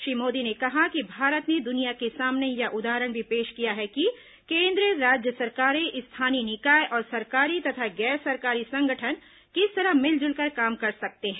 श्री मोदी ने कहा कि भारत ने दुनिया के सामने यह उदाहरण भी पेश किया है कि कें द्र राज्य सरकारें स्थानीय निकाय और सरकारी तथा गैर सरकारी संगठन किस तरह मिल जुलकर काम कर सकते हैं